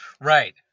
Right